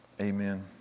Amen